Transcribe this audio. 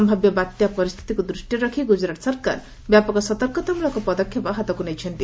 ସ୍ୟାବ୍ୟ ବାତ୍ୟା ପରିସ୍ଥିତିକୁ ଦୂଷ୍ଟିରେ ରଖ୍ ଗୁଜରାଟ ସରକାର ବ୍ୟାପକ ସତର୍କତାମୂଳକ ପଦକ୍ଷେପ ହାତକୁ ନେଇଛନ୍ତି